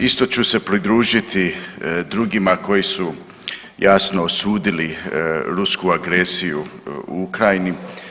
Isto ću se pridružiti drugima koji su jasno osudili rusku agresiju u Ukrajini.